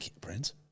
prince